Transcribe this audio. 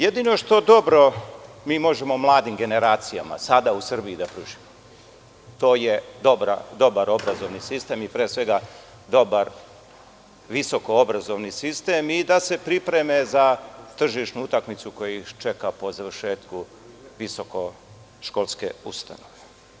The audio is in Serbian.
Jedino što dobro mi možemo mladim generacijama sada u Srbiji da pružimo, to je dobar obrazovni sistem i pre svega dobar visoko obrazovni i da se pripreme za tržišnu utakmicu koja ih čeka po završetku visokoškolske ustanove.